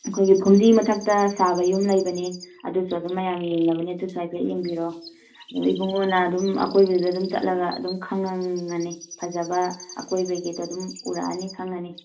ꯑꯩꯈꯣꯏꯒꯤ ꯐꯨꯝꯗꯤ ꯃꯊꯛꯇ ꯁꯥꯕ ꯌꯨꯝ ꯂꯩꯕꯅꯤ ꯑꯗꯨꯁꯨ ꯑꯗꯨꯝ ꯃꯌꯥꯝ ꯌꯦꯡꯅꯕꯅꯤ ꯑꯗꯨꯁꯨ ꯍꯥꯏꯐꯦꯠ ꯌꯦꯡꯕꯤꯔꯣ ꯏꯕꯨꯡꯉꯣꯅ ꯑꯗꯨꯝ ꯑꯀꯣꯏꯕꯗꯨꯗ ꯑꯗꯨꯝ ꯆꯠꯂꯒ ꯑꯗꯨꯝ ꯈꯪꯉꯅꯤ ꯐꯖꯕ ꯑꯀꯣꯏꯕꯒꯤꯗꯣ ꯑꯗꯨꯝ ꯎꯔꯛꯑꯅꯤ ꯈꯪꯉꯅꯤ